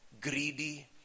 greedy